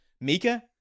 Mika